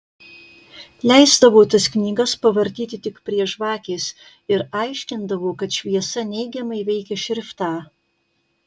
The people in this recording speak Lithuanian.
leisdavo tas knygas pavartyti tik prie žvakės ir aiškindavo kad šviesa neigiamai veikia šriftą